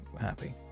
happy